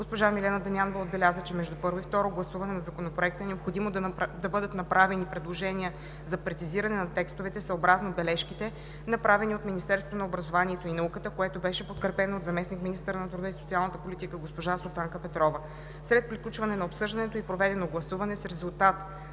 Госпожа Милена Дамянова отбеляза, че между първо и второ гласуване на Законопроекта е необходимо да бъдат направени предложения за прецизиране на текстовете съобразно бележките, направени от Министерството на образованието и науката, което беше подкрепено от заместник-министъра на труда и социалната политика госпожа Султанка Петрова. След приключване на обсъждането и проведеното гласуване с резултат